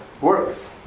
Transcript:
works